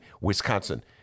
Wisconsin